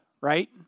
Right